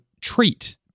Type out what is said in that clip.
treat